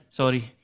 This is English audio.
sorry